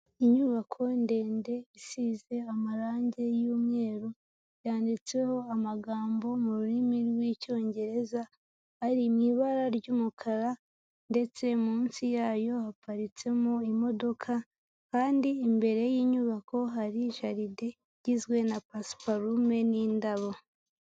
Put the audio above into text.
Inyubako ndende isize amarangi y'umweru, yanditseho amagambo mu rurimi rw'icyongereza, ari mu ibara ry'umukara ndetse munsi yayo haparitsemo imodoka, kandi imbere y'inyubako hari jaride igizwe na pasiparume n'indabo.